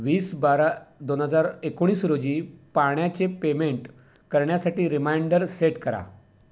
वीस बारा दोन हजार एकोणीस रोजी पाण्याचे पेमेंट करण्यासाठी रिमाइंडर सेट करा